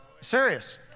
serious